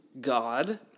God